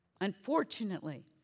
Unfortunately